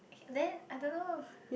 then I don't know